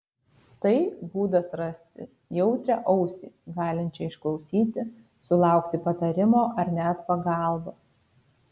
tai būdas rasti jautrią ausį galinčią išklausyti sulaukti patarimo ar net pagalbos